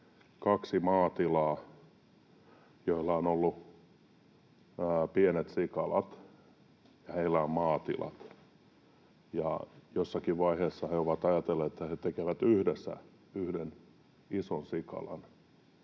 kaksi maatilaa, joilla on ollut pienet sikalat, ja jossakin vaiheessa he ovat ajatelleet, että he tekevät yhdessä yhden ison sikalan